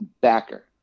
backer